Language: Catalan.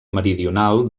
meridional